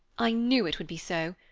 i knew it would be so!